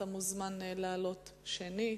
אתה מוזמן לעלות שנית.